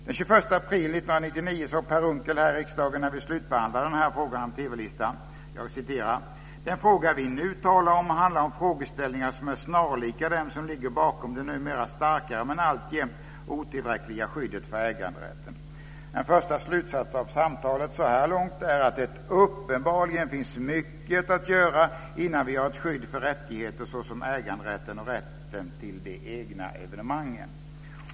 Den 21 april 1999, när vi slutbehandlade frågan om TV-listan här i riksdagen, sade Per Unckel så här: "Den fråga vi nu talar om handlar om frågeställningar som är snarlika dem som ligger bakom det numera starkare men alltjämt otillräckliga skyddet för äganderätten. En första slutsats av samtalet så här långt är att det uppenbarligen finns mycket att göra innan vi har ett skydd för rättigheter såsom äganderätten och rätten till de egna evenemangen."